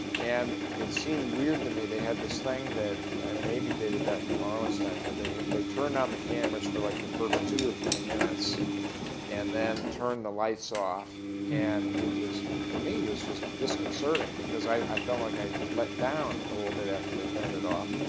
and it seemed weird to me they had this thing that maybe dated back to marlin's time where they turned on the cameras for like the first two or three minutes and then turned the lights off and it was, for me, was just disconcerting, because i felt like i let down a little bit after they turned it off,